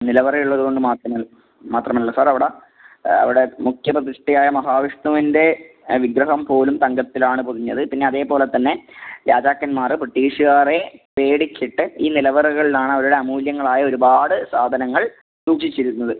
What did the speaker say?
നിലവറ ഉള്ളത് കൊണ്ട് മാത്രം അല്ല മാത്രം അല്ല സാർ അവിടെ അവിടെ മുഖ്യ പ്രതിഷ്ഠയായ മഹാ വിഷ്ണുവിൻ്റെ വിഗ്രഹം പോലും തങ്കത്തിലാണ് പൊതിഞ്ഞത് പിന്നെ അതേപോലത്തന്നെ രാജാക്കന്മാറ് ബ്രിട്ടീഷുകാരെ പേടിച്ചിട്ട് ഈ നിലവറകളിലാണ് അവരുടെ അമൂല്യങ്ങൾ ആയ ഒരുപാട് സാധനങ്ങൾ സൂക്ഷിച്ചിരുന്നത്